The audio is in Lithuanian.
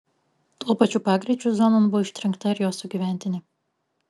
tuo pačiu pagreičiu zonon buvo ištrenkta ir jo sugyventinė